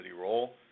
role